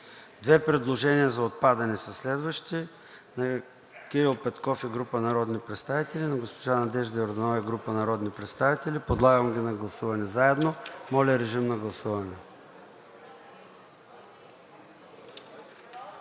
Две предложения за отпадане са следващите – на Кирил Петков и група народни представители и на госпожа Надежда Йорданова и група народни представители. Подлагам ги на гласуване заедно. Гласували